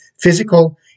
physical